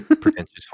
pretentious